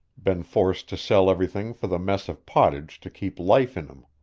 been forced to sell everything for the mess of pottage to keep life in him.